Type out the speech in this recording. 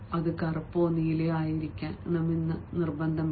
അത് കറുപ്പോ നീലയോ ആയിരിക്കണം ചുവപ്പല്ല